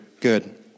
good